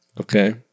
Okay